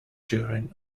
during